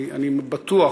אני בטוח